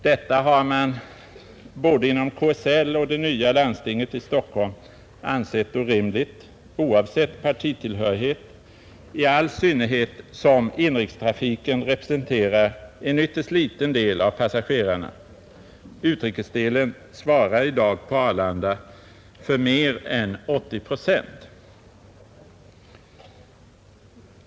Detta har man inom både KSL och det nya landstinget i Stockholm ansett orimligt oavsett partitillhörighet, i all synnerhet som inrikestrafiken representerar en ytterst liten del av passagerarna. Utrikesdelen svarar i dag på Arlanda för mer än 80 procent.